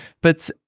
but-